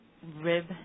Rib